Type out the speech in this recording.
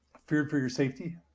feared for your safety?